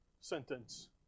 sentence